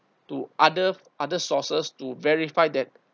to other other sources to verify that